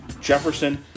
Jefferson